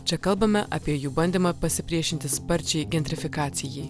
čia kalbame apie jų bandymą pasipriešinti sparčiai gendrifikacijai